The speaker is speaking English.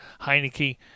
Heineke